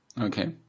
Okay